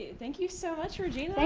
thank you so much, regina.